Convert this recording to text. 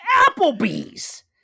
Applebee's